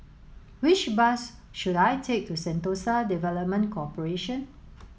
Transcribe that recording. which bus should I take to Sentosa Development Corporation